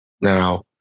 now